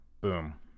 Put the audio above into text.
boom